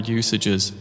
usages